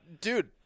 Dude